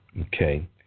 Okay